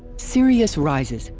sirius rises.